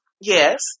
Yes